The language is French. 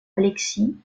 alexis